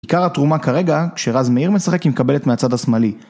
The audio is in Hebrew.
עיקר התרומה כרגע, כשרז מאיר משחק מתקבלת מהצד השמאלי.